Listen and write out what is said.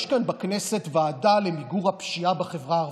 יש כאן בכנסת ועדה למיגור הפשיעה בחברה הערבית.